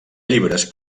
llibres